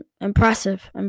impressive